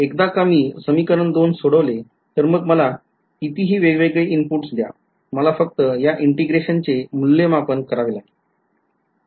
एकदा का मी समीकरण २ सोडविले तर मग मला कितीही वेगवेगळे इनपुट्स द्या मला फक्त या integrationचे मूल्यमापन करावं लागेल